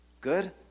good